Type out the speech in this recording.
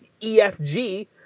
EFG